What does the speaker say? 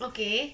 okay